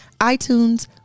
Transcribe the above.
iTunes